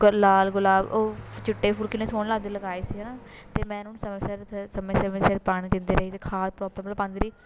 ਲਾਲ ਗੁਲਾਬ ਉਹ ਚਿੱਟੇ ਫੁੱਲ ਕਿੰਨੇ ਸੋਹਣੇ ਲੱਗਦੇ ਲਗਾਏ ਸੀ ਹੈ ਨਾ ਅਤੇ ਮੈਂ ਉਹਨਾਂ ਨੂੰ ਸਮੇਂ ਸਿਰ ਸਮੇਂ ਸਮੇਂ ਸਿਰ ਪਾਣੀ ਦਿੰਦੀ ਰਹੀ ਅਤੇ ਖਾਦ ਪ੍ਰੋਪਰ ਪਾਉਂਦੀ ਰਹੀ